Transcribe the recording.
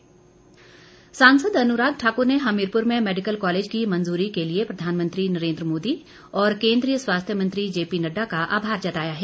अनुराग सांसद अनुराग ठाकुर ने हमीरपुर में मैडिकल कॉलेज की मंजूरी के लिए प्रधानमंत्री नरेन्द्र मोदी और केंद्रीय स्वास्थ्य मंत्री जेपीनड्डा का आभार जताया है